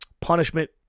Punishment